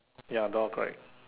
ya